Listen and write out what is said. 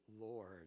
Lord